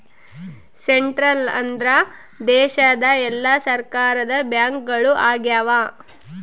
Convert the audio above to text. central ಅಂದ್ರ ದೇಶದ ಎಲ್ಲಾ ಸರ್ಕಾರದ ಬ್ಯಾಂಕ್ಗಳು ಆಗ್ಯಾವ